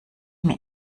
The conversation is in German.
mir